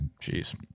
Jeez